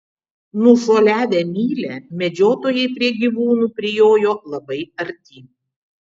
nušuoliavę mylią medžiotojai prie gyvūnų prijojo labai arti